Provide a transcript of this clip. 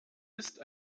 ist